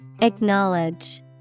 Acknowledge